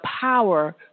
power